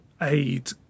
aid